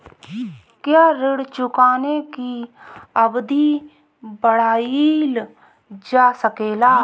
क्या ऋण चुकाने की अवधि बढ़ाईल जा सकेला?